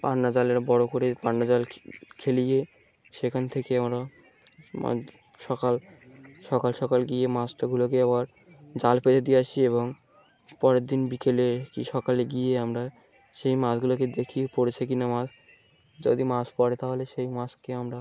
পান্না জালেরা বড়ো করে পান্না জাল খেলিয়ে সেখান থেকে আমরা সকাল সকাল সকাল গিয়ে মাছটাগুলোকে আবার জাল পেজে দিয়ে আসি এবং পরের দিন বিকেলে কি সকালে গিয়ে আমরা সেই মাছগুলোকে দেখি পড়েছে কি না মাছ যদি মাাস পড়ে তাহলে সেই মাসকে আমরা